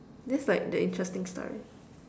this like the interesting story